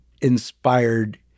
inspired